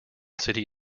city